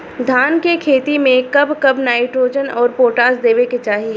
धान के खेती मे कब कब नाइट्रोजन अउर पोटाश देवे के चाही?